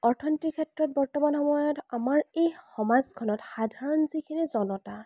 অৰ্থনীতিৰ ক্ষেত্ৰত বৰ্তমান সময়ত আমাৰ এই সমাজখনত সাধাৰণ যিখিনি জনতা